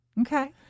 Okay